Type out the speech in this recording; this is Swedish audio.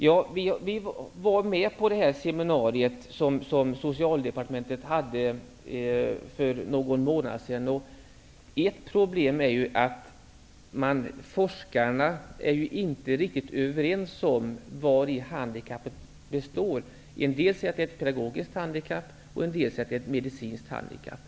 Ja, vi var med på seminariet som Socialdepartementet hade för någon månad sedan. Ett problem är att forskarna inte är riktigt överens om vari handikappet består. En del säger att det är ett pedagogiskt handikapp och en del säger att det är ett medicinskt handikapp.